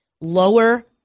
Lower